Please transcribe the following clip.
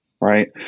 right